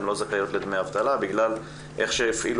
הן לא זכאיות לדמי אבטלה בגלל איך שהפעילו